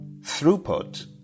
throughput